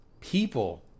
people